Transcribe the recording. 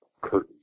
curtains